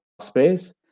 space